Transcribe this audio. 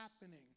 happening